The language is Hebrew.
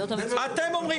אתם אומרים,